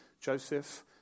Joseph